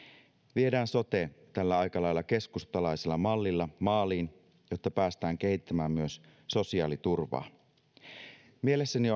viedään sote tällä aika lailla keskustalaisella mallilla maaliin jotta päästään kehittämään myös sosiaaliturvaa mielessäni